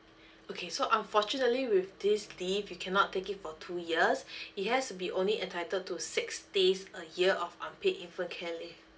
okay so unfortunately with this leave you cannot take it for two years it has to be only entitled to six days a year of unpaid infant care leave